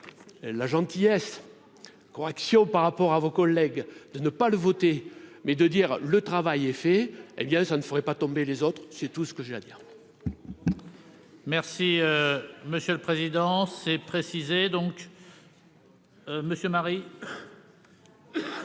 la gentillesse correction par rapport à vos collègues de ne pas le voter mais de dire le travail est fait, hé bien ça ne ferait pas tomber les autres, c'est tout ce que j'ai à dire. Merci monsieur le président, c'est précisé donc. Monsieur Marie.